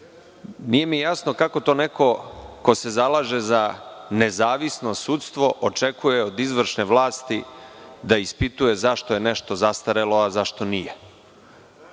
mi jasno kako to neko ko se zalaže za nezavisno sudstvo, očekuje od izvršne vlasti da ispituje zašto je nešto zastarelo, a zašto nije.